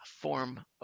form